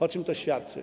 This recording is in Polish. O czym to świadczy?